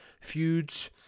feuds